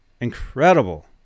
Incredible